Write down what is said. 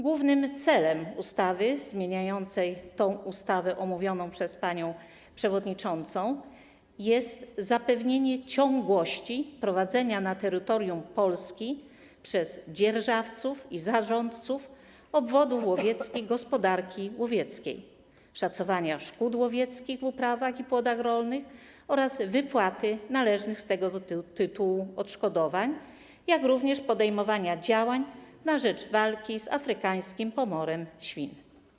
Głównym celem ustawy zmieniającej ustawę omówioną przez panią przewodniczącą jest zapewnienie ciągłości prowadzenia na terytorium Polski przez dzierżawców i zarządców obwodów łowieckich gospodarki łowieckiej, szacowania szkód łowieckich w uprawach i płodach rolnych oraz wypłaty należnych z tego tytułu odszkodowań, jak również podejmowania działań na rzecz walki z afrykańskim pomorem świń.